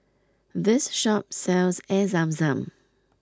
this shop sells Air Zam Zam